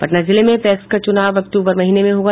पटना जिले में पैक्स का चुनाव अक्टूबर महीने में होगा